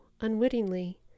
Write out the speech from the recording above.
unwittingly